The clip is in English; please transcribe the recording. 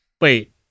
Wait